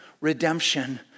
redemption